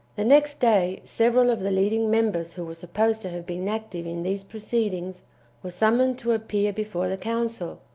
the next day, several of the leading members who were supposed to have been active in these proceedings were summoned to appear before the council.